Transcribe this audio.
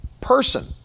person